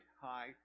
high